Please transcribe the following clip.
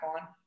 on